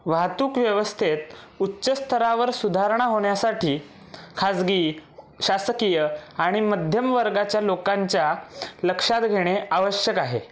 वाहतूक व्यवस्थेत उच्च स्तरावर सुधारणा होण्यासाठी खाजगी शासकीय आणि मध्यम वर्गाच्या लोकांच्या लक्षात घेणे आवश्यक आहे